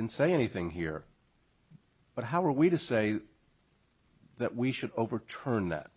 didn't say anything here but how are we to say that we should overturn that